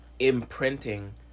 imprinting